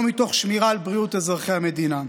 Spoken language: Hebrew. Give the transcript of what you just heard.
מתוך שמירה על בריאות אזרחי המדינה.